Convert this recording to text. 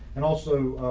and also,